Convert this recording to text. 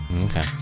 okay